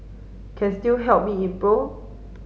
can still help me in pro